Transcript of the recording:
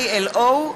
ILO,